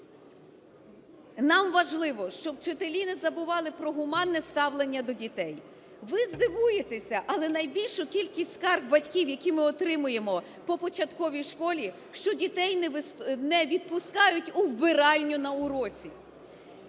Нам важливо, щоби вчителі не забували про гуманне ставлення до дітей. Ви здивуєтеся, але найбільшу кількість скарг батьків, які ми отримуємо по початковій школі, що дітей не відпускають у вбиральню на уроці.